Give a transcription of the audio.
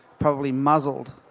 probably muzzled,